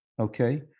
Okay